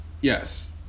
Yes